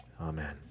Amen